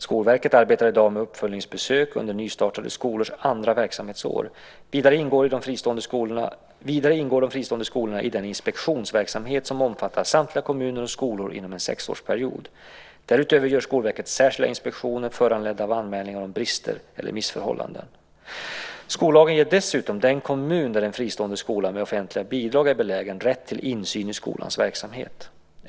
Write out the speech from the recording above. Skolverket arbetar i dag med uppföljningsbesök under nystartade skolors andra verksamhetsår. Vidare ingår de fristående skolorna i den inspektionsverksamhet som omfattar samtliga kommuner och skolor inom en sexårsperiod. Därutöver gör Skolverket särskilda inspektioner föranledda av anmälningar om brister eller missförhållanden. Skollagen ger dessutom den kommun där en fristående skola med offentligt bidrag är belägen rätt till insyn i skolans verksamhet.